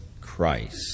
Christ